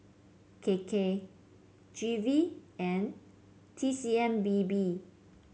K K G V and T C M B B